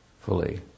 fully